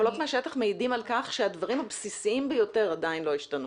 הקולות מהשטח מעידים על כך שהדברים הבסיסיים ביותר עדיין לא השתנו.